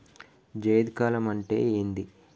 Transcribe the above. జైద్ కాలం అంటే ఏంది?